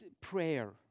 prayer